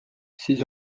siis